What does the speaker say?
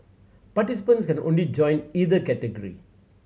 participants can only join either category